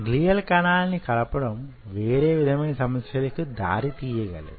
glial కణాలు cells ని కలపడం వేరే విధమైన సమస్యలకు దారి తీయగలదు